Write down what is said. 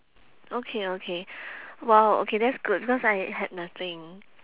okay okay !wow! okay that's good because I had nothing